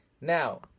Now